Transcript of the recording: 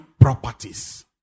properties